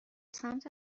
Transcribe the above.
سمت